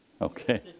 Okay